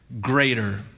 greater